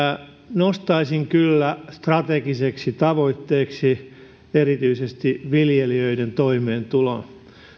nostaisin kyllä strategiseksi tavoitteeksi erityisesti viljelijöiden toimeentulon